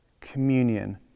communion